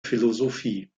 philosophie